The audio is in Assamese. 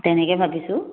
তেনেকে ভাবিছোঁ